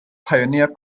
pioneer